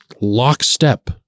lockstep